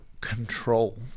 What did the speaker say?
control